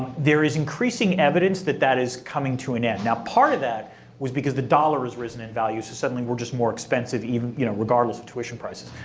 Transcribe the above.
there is increasing evidence that that is coming to an end. now part of that was because the dollar has risen in value. so suddenly we're just more expensive you know regardless of tuition prices.